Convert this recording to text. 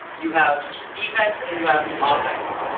you have defense and you have offense.